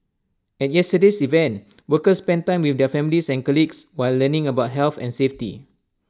at yesterday's event workers spent time with their families and colleagues while learning about health and safety